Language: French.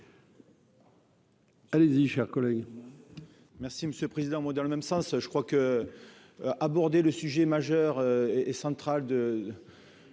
Allez-y, chers collègues.